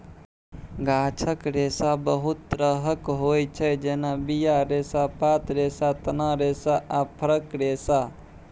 गाछक रेशा बहुत तरहक होइ छै जेना बीया रेशा, पात रेशा, तना रेशा आ फरक रेशा